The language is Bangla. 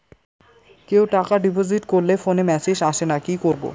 কেউ টাকা ডিপোজিট করলে ফোনে মেসেজ আসেনা কি করবো?